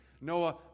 Noah